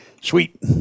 sweet